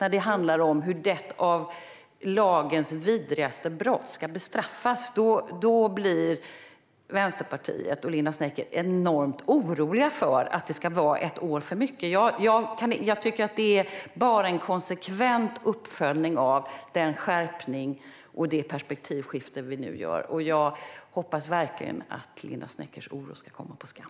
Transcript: När det handlar om hur ett av lagens vidrigaste brott ska bestraffas blir Vänsterpartiet och Linda Snecker enormt oroliga för att det ska vara ett år för mycket. Jag tycker att det bara är en konsekvent uppföljning av den skärpning och det perspektivskifte vi nu gör. Jag hoppas verkligen att Linda Sneckers oro ska komma på skam.